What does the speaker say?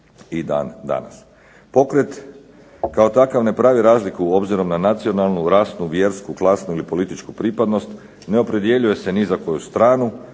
i dan danas. Pokret kao takav ne pravi razliku obzirom na nacionalnu, vjersku, klasnu ili političku pripadnost, ne opredjeljuje se ni za koju stranu.